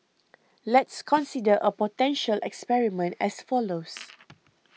let's consider a potential experiment as follows